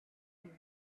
dunes